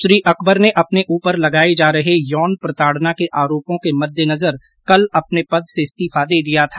श्री अकबर ने अपने ऊपर लगाये जा रहे यौन प्रताड़ना के आरोपों के मद्देनजर कल अपने पद से इस्तीफा दे दिया था